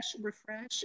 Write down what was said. refresh